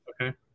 Okay